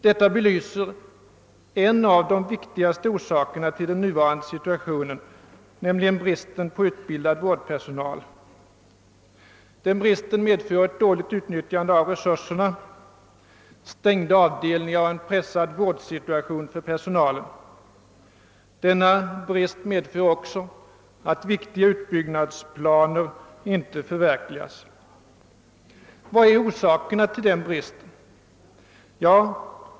Detta belyser en av de viktigaste orsakerna till den nuvarande situationen, nämligen bristen på utbildad vårdpersonal. Den bristen medför ett dåligt utnyttjande av resurserna, stängda avdel ningar och en pressad vårdsituation för personalen. Denna brist medför också att viktiga utbildningsplaner inte förverkligas. Vilka är orsakerna till bristen på utbildad vårdpersonal?